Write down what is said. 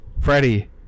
freddie